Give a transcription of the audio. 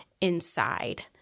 inside